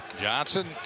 Johnson